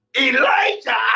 Elijah